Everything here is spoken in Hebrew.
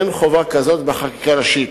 אין חובה כזאת בחקיקה ראשית,